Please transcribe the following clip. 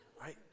Right